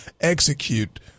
execute